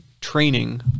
training